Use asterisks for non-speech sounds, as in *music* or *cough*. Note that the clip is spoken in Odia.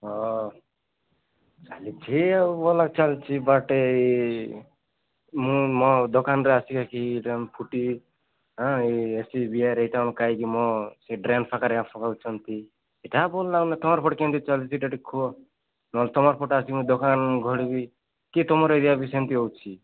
ହଁ ଚାଲିଛି ଆଉ ଭଲ ଚାଲିଛିି ବାଟେ ଏଇ ମୁଁ ମୋ ଦୋକାନରେ ଆସି ଖାଇକି ଫ୍ରୁଟି ହଁ ଏଇ *unintelligible* ଏଇଟା ଖାଇକି ମୋ ସେ ଡ୍ରେନ୍ ପାଖରେ ଆସି ପକାଉଛନ୍ତି ଏଇଟା ଭଲ ଲାଗୁନି ମାନେ ତୁମର ପଟେ କେମିତି ଚାଲିଛିଟା ଟିକି କୁହ ନହେଲେ ତୁମର ପଟେ ଆସିକି ଦୋକାନ ଗଢ଼ିବି କିଏ ତୁମର ଏରିଆ ବି ସେମିତି ହେଉଛି